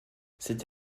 cette